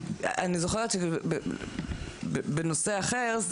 אני זוכרת שבנושא אחר,